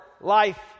life